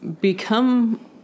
become